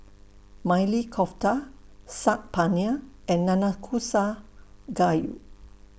Maili Kofta Saag Paneer and Nanakusa Gayu